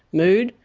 mood,